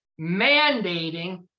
mandating